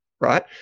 right